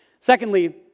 Secondly